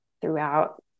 throughout